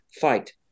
fight